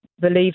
believe